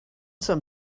some